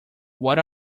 what